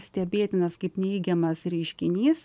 stebėtinas kaip neigiamas reiškinys